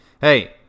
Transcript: Hey